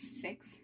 six